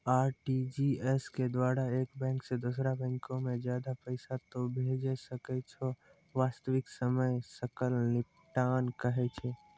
RTGS के द्वारा एक बैंक से दोसरा बैंको मे ज्यादा पैसा तोय भेजै सकै छौ वास्तविक समय सकल निपटान कहै छै?